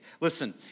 Listen